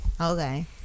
Okay